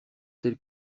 tel